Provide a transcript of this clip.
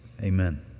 Amen